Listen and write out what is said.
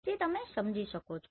અહીં તમે સમજી શકો છો